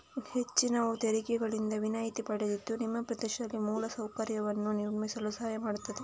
ಹೆಚ್ಚಿನವು ತೆರಿಗೆಗಳಿಂದ ವಿನಾಯಿತಿ ಪಡೆದಿದ್ದು ನಿಮ್ಮ ಪ್ರದೇಶದಲ್ಲಿ ಮೂಲ ಸೌಕರ್ಯವನ್ನು ನಿರ್ಮಿಸಲು ಸಹಾಯ ಮಾಡ್ತದೆ